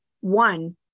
one